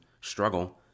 struggle